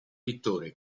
pittore